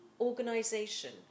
organization